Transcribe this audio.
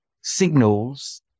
signals